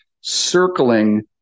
circling